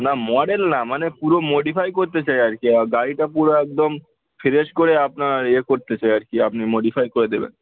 না মডেল না মানে পুরো মডিফাই করতে চাই আর কি গাড়িটা পুরো একদম ফ্রেশ করে আপনার এ করতে চাই আর কি আপনি মডিফাই করে দেবেন